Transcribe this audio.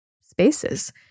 spaces